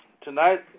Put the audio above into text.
Tonight